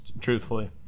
truthfully